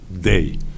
day